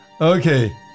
Okay